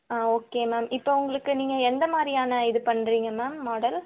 ஆ okay ma'am இப்போது உங்களுக்கு நீங்கள் எந்த மாதிரியான இது பண்ணுறிங்க மேம் மாடல்